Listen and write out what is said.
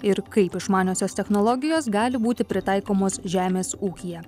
ir kaip išmaniosios technologijos gali būti pritaikomos žemės ūkyje